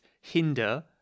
hinder